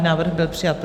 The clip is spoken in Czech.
Návrh byl přijat.